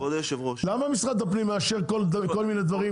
למה משרד הפנים מאשר כל מני דברים?